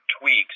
tweaks